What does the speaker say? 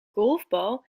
golfbal